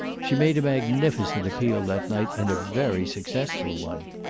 she made a magnificent appeal that night, and a very successful one.